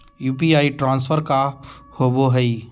UPI transfer का होव हई?